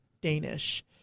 Danish